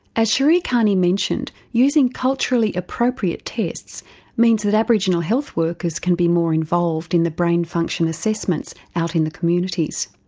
as sheree cairney mentioned, using culturally appropriate tests means that aboriginal health workers can be more involved in the brain function assessments out in the communities.